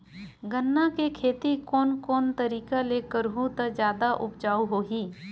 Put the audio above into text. गन्ना के खेती कोन कोन तरीका ले करहु त जादा उपजाऊ होही?